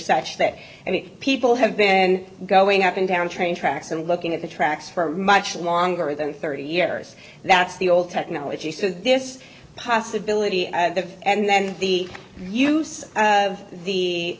such that i mean people have been going up and down train tracks and looking at the tracks for much longer than thirty years that's the old technology so this possibility and then the use of